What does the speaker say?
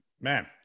Man